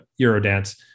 Eurodance